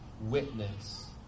witness